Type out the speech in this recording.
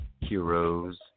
heroes